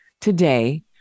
today